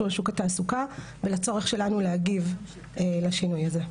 לשוק התעסוקה ולצורך שלנו להגיב לשינוי הזה.